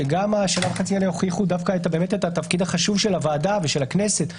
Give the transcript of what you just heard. שגם השנה וחצי האלה הוכיחו את התפקיד החשוב של הוועדה ושל הכנסת,